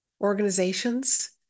organizations